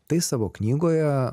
tai savo knygoje